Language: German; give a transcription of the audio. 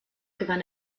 gewann